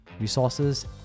resources